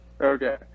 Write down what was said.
okay